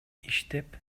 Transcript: иштеп